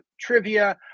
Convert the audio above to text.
trivia